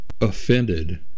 offended